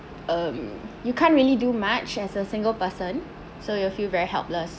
um you can't really do much as a single person so you feel very helpless